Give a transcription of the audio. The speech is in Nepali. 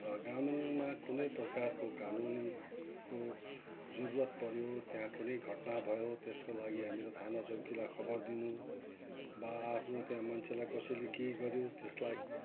र ग्रामीणमा कुनै प्रकारको कानुनीको जुरुरत पऱ्यो त्यहाँ कुनै घटना भयो त्यसको लागि हामीलाई थाना चौकीलाई खबर दिनु वा आफ्नो त्यहाँ मान्छेलाई कसैले के गऱ्यो त्यसलाई